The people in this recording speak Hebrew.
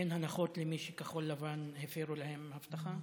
אין הנחות למי שכחול לבן הפרו להם הבטחה?